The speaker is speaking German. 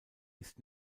ist